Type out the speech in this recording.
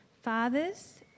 Fathers